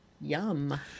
Yum